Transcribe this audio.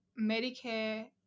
Medicare